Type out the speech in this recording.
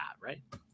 Right